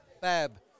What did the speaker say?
Bab